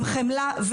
עם חמלה,